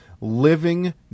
living